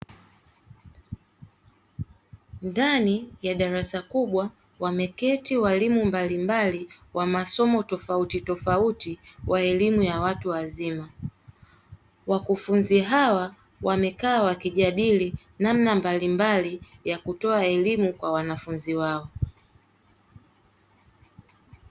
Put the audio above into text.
Ndani ya darasa kubwa wameketi walimu mbalimbali wa masomo tofautitofauti wa elimu ya watu wazima, wakufunzi hawa wamekaa wakijadili namna mbalimbali ya kutoa elimu kwa wanafunzi wao.